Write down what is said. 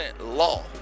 law